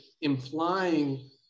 implying